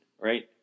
right